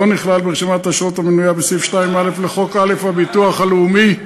לא נכלל ברשימת האשרות המנויה בסעיף 2א לחוק הביטוח הלאומי.